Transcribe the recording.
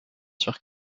sur